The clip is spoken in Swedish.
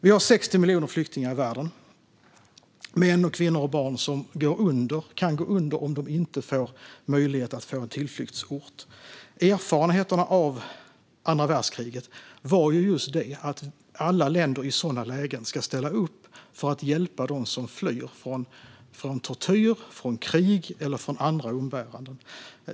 Vi har 60 miljoner flyktingar i världen - män, kvinnor och barn som kan gå under om de inte får möjlighet att få en tillflyktsort. Erfarenheterna av andra världskriget var just att alla länder i sådana lägen ska ställa upp för att hjälpa dem som flyr från tortyr, krig eller andra umbäranden.